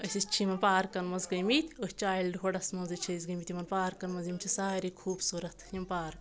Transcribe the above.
أسۍ حظ چھِ یِمَن پارکَن منٛز گٔمٕتۍ أتھۍ چایلڈ ہُڈَس منٛزٕی چھِ أسۍ گٔمٕتۍ یِمَن پارکَن منٛز یِم چھِ سارے خوٗبصوٗرتھ یِم پارکہٕ